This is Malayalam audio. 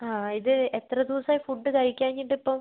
ആ ഇത് എത്ര ദിവസമായി ഫുഡ് കഴിക്കാഞ്ഞിട്ടിപ്പം